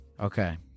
Okay